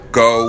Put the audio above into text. go